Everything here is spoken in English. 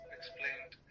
explained